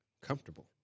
comfortable